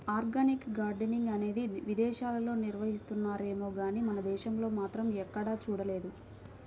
organic gardening అనేది విదేశాల్లో నిర్వహిస్తున్నారేమో గానీ మన దేశంలో మాత్రం ఎక్కడా చూడలేదు